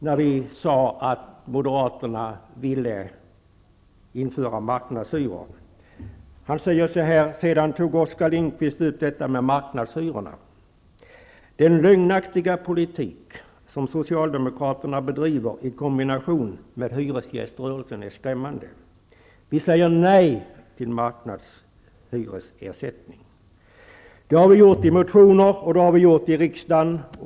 När vi sade att Moderaterna ville införa marknadshyror, sade Knut Billing: ''Sedan tog Oskar Lindqvist slutligen upp detta med marknadshyrorna. Den lögnaktiga politik som socialdemokraterna bedriver i kombination med hyresgäströrelsen är skrämmande. Vi säger nej till marknadshyressättning. Det har vi gjort i motioner, och det har vi gjort i riksdagen.